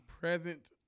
present